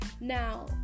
Now